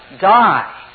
die